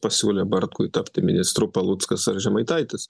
pasiūlė bartkui tapti ministru paluckas ar žemaitaitis